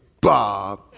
Bob